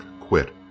quit